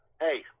Hey